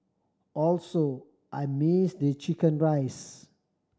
also I miss they chicken rice